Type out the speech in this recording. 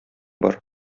бар